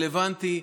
רלוונטי,